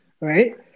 right